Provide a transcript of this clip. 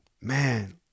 man